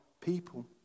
people